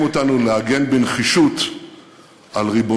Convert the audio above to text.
האיום של איראן אינו פוסח על אף אחד